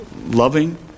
loving